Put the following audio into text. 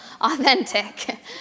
authentic